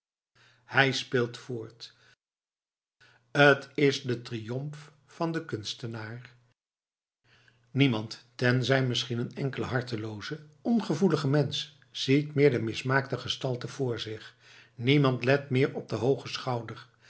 hij speelt voort t is de triomf van den kunstenaar niemand tenzij misschien een enkele hartelooze ongevoelige mensch ziet meer de mismaakte gestalte daar voor zich niemand let meer op den hoogen